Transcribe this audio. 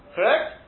Correct